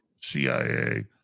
CIA